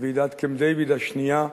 בוועידת קמפ-דייוויד השנייה,